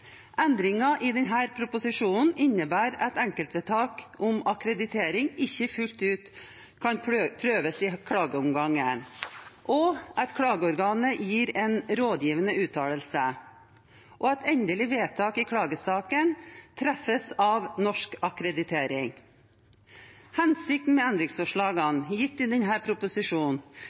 i denne proposisjonen innebærer at enkeltvedtak om akkreditering ikke fullt ut kan prøves i klageomgangen, men at klageorganet gir en rådgivende uttalelse, og at endelig vedtak i klagesaken treffes av Norsk akkreditering. Hensikten med endringsforslagene gitt i denne proposisjonen